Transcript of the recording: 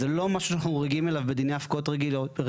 זה לא משהו שאנחנו רגילים אליו בדיני הפקעות רגילים.